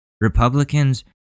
Republicans